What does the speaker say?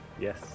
Yes